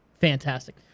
fantastic